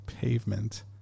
Pavement